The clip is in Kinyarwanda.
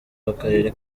w’akarere